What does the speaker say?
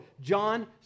John